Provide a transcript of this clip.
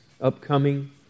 upcoming